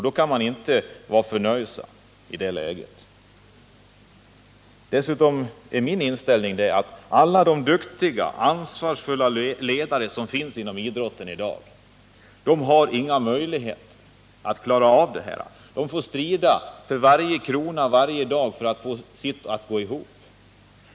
Då kan man inte heller vara förnöjsam. Min inställning är dessutom den att alla de duktiga ledare som i dag finns inom idrotten inte har några möjligheter att klara av bekymren. De får strida för varje krona och har svårigheter med att få det hela att gå ihop.